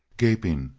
gaping,